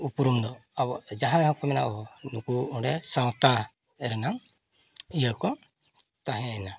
ᱩᱯᱨᱩᱢ ᱫᱚ ᱟᱵᱚᱣᱟᱜ ᱡᱟᱦᱟᱸᱭ ᱦᱚᱲᱠᱚ ᱢᱮᱱᱟ ᱚᱻ ᱱᱩᱠᱩ ᱚᱸᱰᱮ ᱥᱟᱶᱛᱟ ᱨᱮᱱᱟᱝ ᱤᱭᱟᱹᱠᱚ ᱛᱟᱦᱮᱸᱭᱮᱱᱟ